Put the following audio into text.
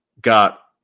got